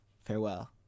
Farewell